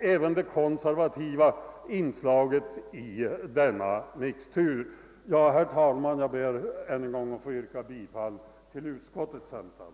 även det konservativa inslaget i denna mixtur. Herr talman! Jag ber än en gång att få yrka bifall till utskottets hemställan.